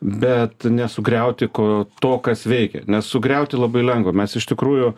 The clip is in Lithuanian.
bet nesugriauti ko to kas veikia nes sugriauti labai lengva mes iš tikrųjų